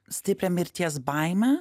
stiprią mirties baimę